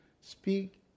speak